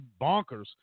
bonkers